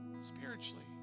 spiritually